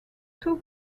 two